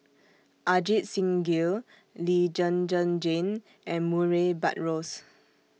Ajit Singh Gill Lee Zhen Zhen Jane and Murray Buttrose